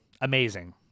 amazing